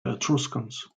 etruscans